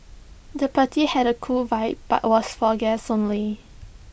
the party had A cool vibe but was for guests only